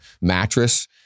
mattress